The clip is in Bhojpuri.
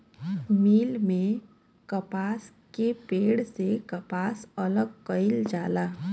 मिल में कपास के पेड़ से कपास अलग कईल जाला